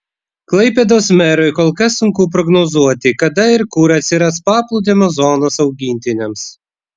klaipėdos merui kol kas sunku prognozuoti kada ir kur atsiras paplūdimio zonos augintiniams